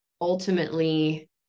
ultimately